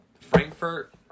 Frankfurt